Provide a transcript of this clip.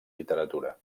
literatura